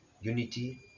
unity